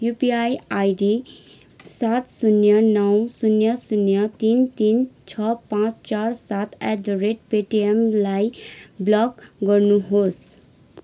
UPI ID सात शून्य नौ शून्य शून्य तिन तिन छ पाँच चार सात एटदरेट पेटिएमलाई ब्लक गर्नुहोस्